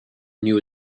new